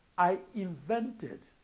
i invented